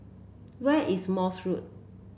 where is Morse Road